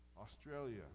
Australia